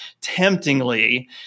temptingly